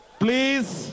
please